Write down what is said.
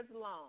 long